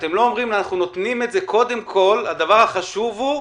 אתם לא אומרים: הדבר החשוב הוא,